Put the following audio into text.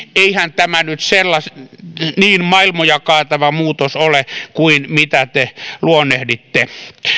eihän tämä nyt niin maailmoja kaatava muutos ole kuin mitä te luonnehditte